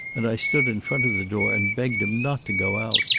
and i stood in front of the door and begged him not to go out.